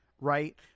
Right